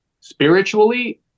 Spiritually